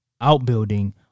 outbuilding